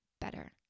better